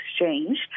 exchange